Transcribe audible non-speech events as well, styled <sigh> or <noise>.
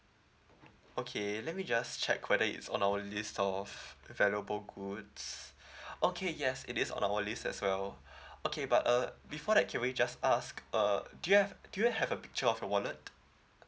okay let me just check whether it's on our list of valuable goods <breath> okay yes it is on our list as well <breath> okay but uh before that can we just ask err do you have do you have a picture of your wallet